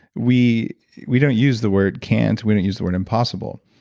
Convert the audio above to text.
we we don't use the word can't. we don't use the word impossible.